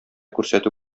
күрсәтү